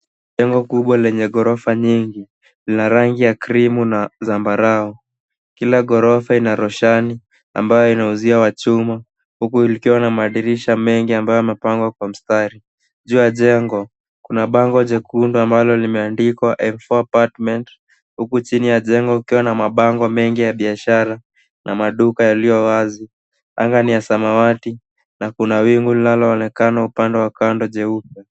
Jengo kubwa lenye ghorofa nyingi lina rangi ya krimu na zambarau. Kila ghorofa ina roshani ambayo ina uzio wa chuma huku likiwa na madirisha mengi ambayo yamepangwa kwa mstari. Juu ya jengo kuna bango jekundu ambalo limeandikwa M4 apartments huku chini ya jengo kukiwa na mabango mengi ya biashara na maduka yaliyo wazi. Anga ni ya samawati na kuna wingu linaloonekana upande wa kando jeupe.